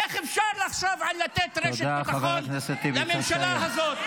איך אפשר לחשוב על לתת רשת ביטחון לממשלה הזו?